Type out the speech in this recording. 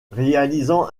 réalisant